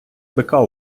бика